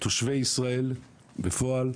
תושבי ישראל בפועל,